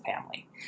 family